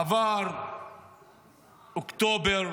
עבר אוקטובר,